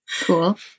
Cool